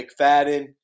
McFadden